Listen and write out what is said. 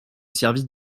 service